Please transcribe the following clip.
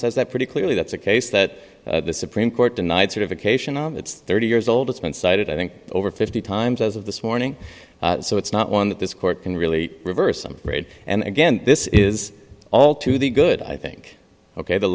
says that pretty clearly that's a case that the supreme court denied sort of occasion and it's thirty years old it's been cited i think over fifty times as of this morning so it's not one that this court can really reverse i'm afraid and again this is all to the good i think ok the